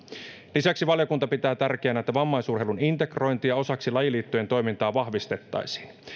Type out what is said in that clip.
lisäksi valiokunta pitää tärkeänä että vammaisurheilun integrointia osaksi lajiliittojen toimintaa vahvistettaisiin